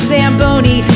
Zamboni